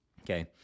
Okay